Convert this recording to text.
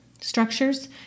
structures